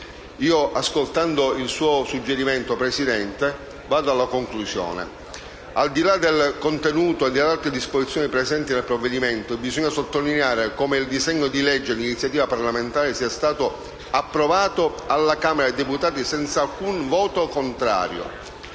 ascoltando il suo suggerimento, mi avvio alla conclusione. Al di là del contenuto e delle altre disposizioni contenute nel provvedimento, bisogna sottolineare come il disegno di legge d'iniziativa parlamentare sia stato approvato alla Camera dei deputati senza alcun voto contrario.